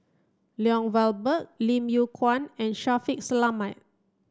Lloyd Valberg Lim Yew Kuan and Shaffiq Selamat